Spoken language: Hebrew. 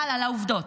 הלאה לעובדות: